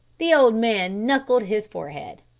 the old man knuckled his forehead.